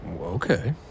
Okay